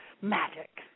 magic